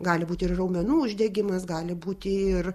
gali būti ir raumenų uždegimas gali būti ir